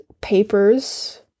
papers